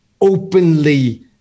openly